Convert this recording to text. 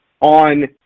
on